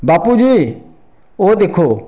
बापू जी ओह् दिक्खो